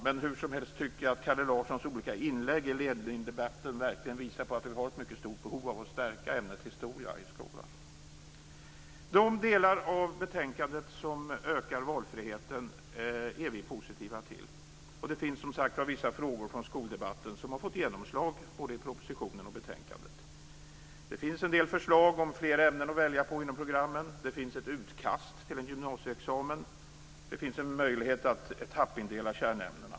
Men hur som helst tycker jag att Kalle Larssons olika inlägg i debatten verkligen visar på att det finns ett mycket stort behov av att stärka ämnet historia i gymnasieskolan. De delar av betänkandet som ökar valfriheten är vi folkpartister positiva till. Det finns, som sagt var, vissa frågor från skoldebatten som har fått genomslag både i propositionen och i betänkandet. Det finns en del förslag om fler ämnen att välja på inom programmen, ett utkast till en gymnasieexamen och möjlighet att etappindela kärnämnena.